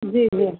جی جی